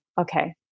okay